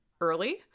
early